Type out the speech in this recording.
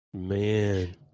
Man